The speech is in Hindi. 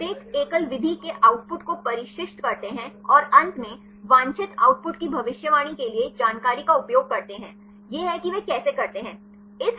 वे प्रत्येक एकल विधि के आउटपुट को प्रशिक्षित करते हैं और अंत में वांछित आउटपुट की भविष्यवाणी के लिए जानकारी का उपयोग करते हैं यह है कि वे कैसे करते हैं